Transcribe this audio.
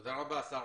תודה רבה, שרה.